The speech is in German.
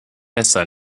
besser